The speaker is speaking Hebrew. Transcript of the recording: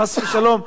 חס ושלום,